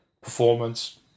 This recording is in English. performance